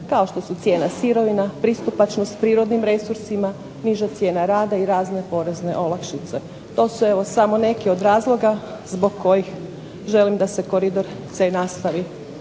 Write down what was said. kao što su cijene sirovina, pristupačnost prirodnim resursima, niža cijena rada i razne porezne olakšice. To su evo samo neki od razloga zbog kojih želim da se koridor C nastavi